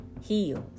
heals